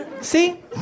See